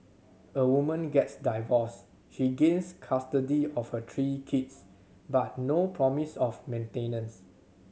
a woman gets divorced she gains custody of her three kids but no promise of maintenance